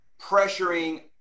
pressuring